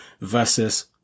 versus